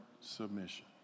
submission